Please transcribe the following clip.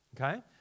Okay